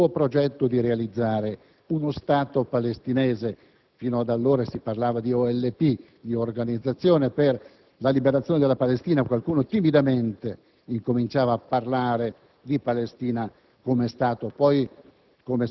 il suo progetto di realizzare uno Stato palestinese; fino ad allora, infatti, si parlava di Organizzazione per la liberazione della Palestina, ma qualcuno timidamente incominciava a parlare di Palestina come Stato.